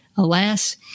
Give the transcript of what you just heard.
Alas